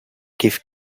give